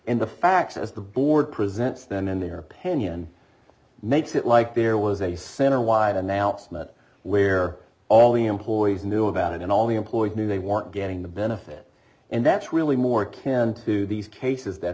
in the facts as the board presents them in their opinion makes it like there was a center wide announcement where all the employees knew about it and all the employees knew they weren't getting the benefit and that's really more kin to these cases that